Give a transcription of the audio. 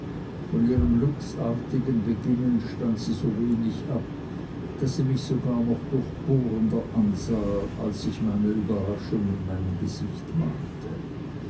von ihrem luchsartigen beginnen stand sie so wenig ab daß sie mich sogar noch durchbohrender ansah als sich meine überraschung in meinem gesicht malte